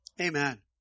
amen